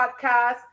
podcast